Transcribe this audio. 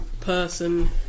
person